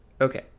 Okay